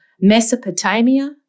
Mesopotamia